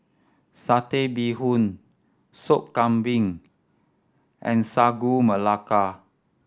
Satay Bee Hoon Soup Kambing and Sagu Melaka